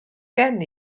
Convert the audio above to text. gen